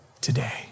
today